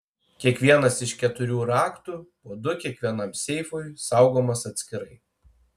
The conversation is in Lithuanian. kiekvienas iš keturių raktų po du kiekvienam seifui saugomas atskirai